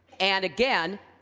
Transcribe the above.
and again,